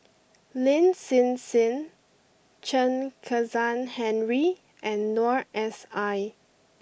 Lin Hsin Hsin Chen Kezhan Henri and Noor S I